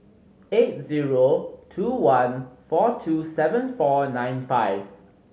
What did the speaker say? eight zero two one four two seven four nine five